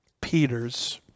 Peters